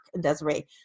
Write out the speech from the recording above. Desiree